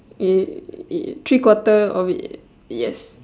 three quarter of it yes